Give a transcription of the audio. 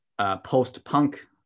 post-punk